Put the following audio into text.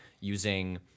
using